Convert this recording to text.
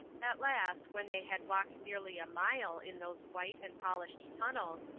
at last, when they had walked nearly a mile in those white and polished tunnels,